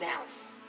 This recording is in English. else